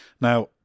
Now